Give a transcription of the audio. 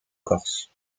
corse